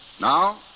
Now